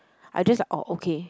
I just like orh okay